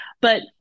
but-